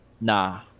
Nah